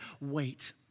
wait